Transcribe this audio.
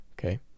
okay